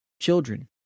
children